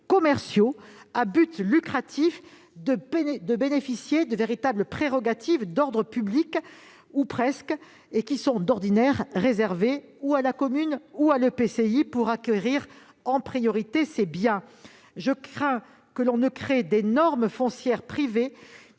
commerciaux à but lucratif de bénéficier de quasi-prérogatives d'ordre public, d'ordinaire réservées à la commune ou à l'EPCI, pour acquérir en priorité de tels biens. Je crains que cela ne crée d'énormes foncières privées